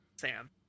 sam